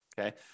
okay